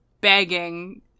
begging